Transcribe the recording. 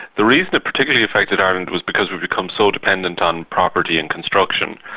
the reason it particularly affected ireland was because we've become so dependent on property and construction.